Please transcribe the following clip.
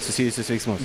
susijusius veiksmus